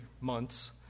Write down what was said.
months